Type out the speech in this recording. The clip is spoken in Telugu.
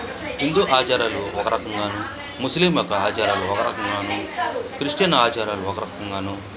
హిందూ ఆచారాలు ఒకరకంగా ముస్లిం ఆచారాలు ఒకరకంగా క్రిస్టియన్ ఆచారాలు ఒకరకంగా